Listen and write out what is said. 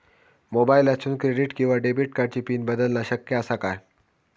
मोबाईलातसून क्रेडिट किवा डेबिट कार्डची पिन बदलना शक्य आसा काय?